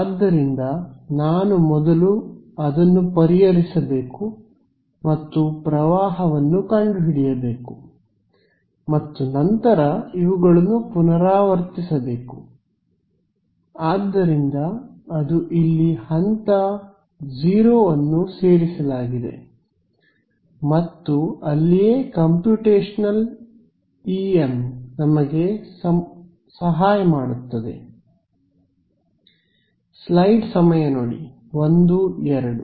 ಆದ್ದರಿಂದ ನಾನು ಮೊದಲು ಪರಿಹರಿಸಬೇಕು ಮತ್ತು ಪ್ರವಾಹವನ್ನು ಕಂಡುಹಿಡಿಯಬೇಕು ಮತ್ತು ನಂತರ ಇವುಗಳನ್ನು ಪುನರಾವರ್ತಿಸಬೇಕು ಆದ್ದರಿಂದ ಅದು ಇಲ್ಲಿ ಹಂತ 0 ಅನ್ನು ಸೇರಿಸಲಾಗಿದೆ ಮತ್ತು ಅಲ್ಲಿಯೇ ಕಂಪ್ಯೂಟೇಶನಲ್ ಇಎಮ್ ನಮಗೆ ಸಹಾಯ ಮಾಡುತ್ತದೆ